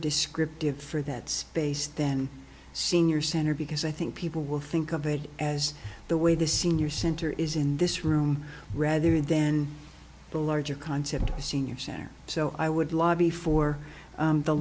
descriptive for that space than senior center because i think people will think of it as the way the senior center is in this room rather than the larger concept the senior center so i would lobby for